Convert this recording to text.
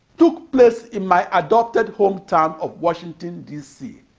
took place in my adopted hometown of washington, d c.